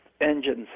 engines